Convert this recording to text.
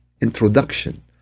introduction